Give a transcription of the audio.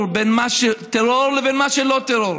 בין מה שהוא טרור לבין מה שהוא לא טרור.